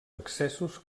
accessos